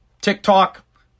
TikTok